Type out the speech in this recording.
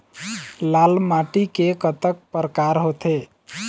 लाल माटी के कतक परकार होथे?